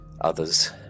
others